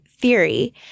theory